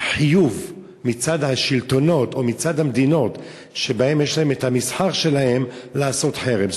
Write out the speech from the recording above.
חיוב מצד השלטונות או מצד המדינות שבהן יש להן את המסחר שלהן לעשות חרם.